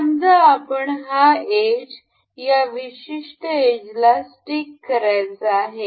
समजा आपणास हा एज त्या विशिष्ट एजला स्टीक करायचा आहे